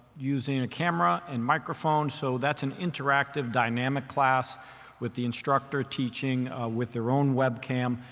using a camera and microphone. so that's an interactive dynamic class with the instructor teaching with their own webcam.